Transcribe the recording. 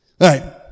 right